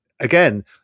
again